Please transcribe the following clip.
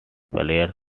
players